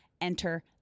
enter